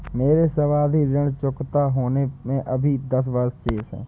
मेरे सावधि ऋण चुकता होने में अभी दस वर्ष शेष है